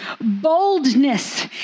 Boldness